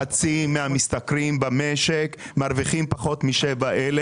חצי מהמשתכרים במשק מרוויחים פחות מ-7,000,